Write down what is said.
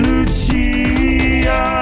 Lucia